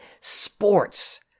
sports